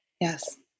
Yes